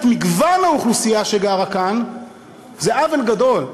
מגוון האוכלוסייה שגרה כאן זה עוול גדול.